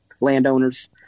landowners